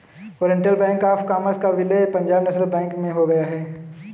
Oriental Bank of Commerce का विलय Punjab National Bank में हो गया है